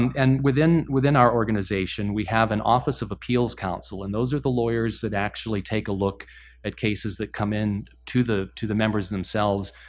and within within our organization we have an office of appeals counsel and those are the lawyers that actually take a look at cases that come in to to the members themselves,